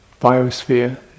biosphere